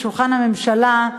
בשולחן הממשלה,